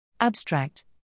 Abstract